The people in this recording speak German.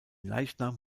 leichnam